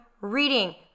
reading